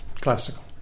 classical